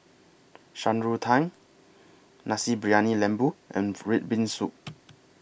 Shan Rui Tang Nasi Briyani Lembu and Red Bean Soup